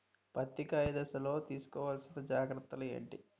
పత్తి కాయ దశ లొ తీసుకోవల్సిన జాగ్రత్తలు ఏంటి?